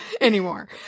anymore